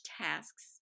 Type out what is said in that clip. tasks